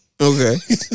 Okay